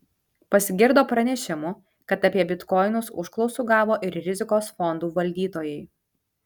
pasigirdo pranešimų kad apie bitkoinus užklausų gavo ir rizikos fondų valdytojai